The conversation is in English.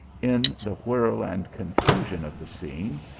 in the whirl and confusion of the scene,